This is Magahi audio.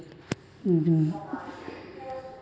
बेसी दूध निकलव्वार तने गाय आर भैंसक हार्मोन दियाल जाछेक